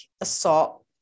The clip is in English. assault